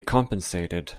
compensated